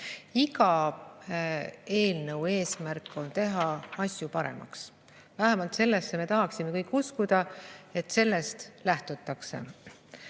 Iga eelnõu eesmärk on teha asju paremaks, vähemalt me kõik tahaksime uskuda, et sellest lähtutakse.